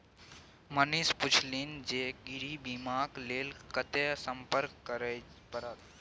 मनीष पुछलनि जे गृह बीमाक लेल कतय संपर्क करय परत?